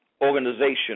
organization